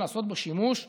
לעשות בו שימוש לטובה,